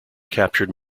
captured